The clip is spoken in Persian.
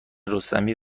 رستمی